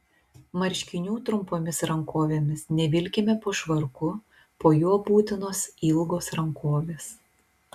marškinių trumpomis rankovėmis nevilkime po švarku po juo būtinos ilgos rankovės